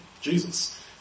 Jesus